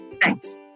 Thanks